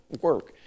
work